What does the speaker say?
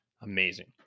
Amazing